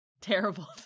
terrible